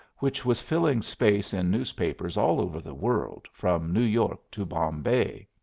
which was filling space in newspapers all over the world, from new york to bombay.